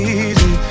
easy